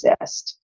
exist